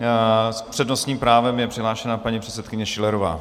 S přednostním právem je přihlášena paní předsedkyně Schillerová.